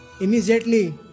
Immediately